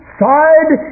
side